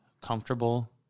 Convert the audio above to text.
comfortable